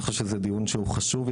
אני חושב שזה דיון שהוא חשוב.